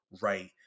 right